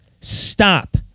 Stop